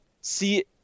see